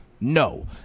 No